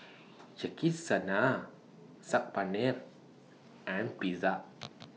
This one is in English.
Yakizakana Saag Paneer and Pizza